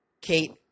Kate